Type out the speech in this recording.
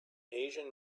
asian